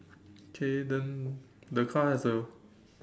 okay then the car has a